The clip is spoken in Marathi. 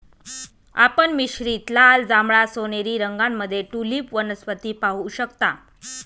आपण मिश्रित लाल, जांभळा, सोनेरी रंगांमध्ये ट्यूलिप वनस्पती पाहू शकता